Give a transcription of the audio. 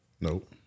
Nope